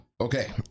Okay